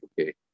okay